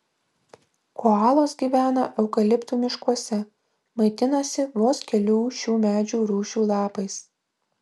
koalos gyvena eukaliptų miškuose maitinasi vos kelių šių medžių rūšių lapais